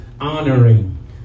honoring